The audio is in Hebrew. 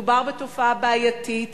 מדובר בתופעה בעייתית,